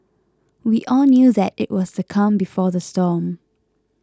we all knew that it was the calm before the storm